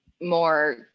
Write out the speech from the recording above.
more